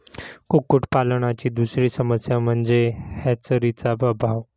कुक्कुटपालनाची दुसरी समस्या म्हणजे हॅचरीचा अभाव